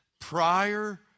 prior